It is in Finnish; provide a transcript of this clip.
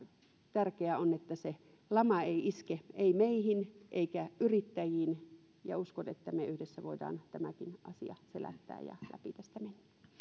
tärkeää on että se lama ei iske ei meihin eikä yrittäjiin ja uskon että me yhdessä voimme tämäkin asian selättää ja läpi tästä